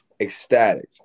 ecstatic